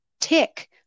tick